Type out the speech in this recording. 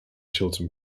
chilton